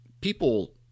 people